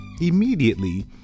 immediately